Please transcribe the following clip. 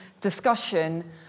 discussion